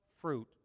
fruit